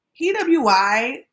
PWI